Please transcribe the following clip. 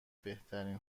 بهترین